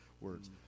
words